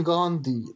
Gandhi